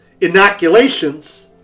inoculations